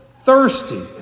thirsty